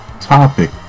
Topic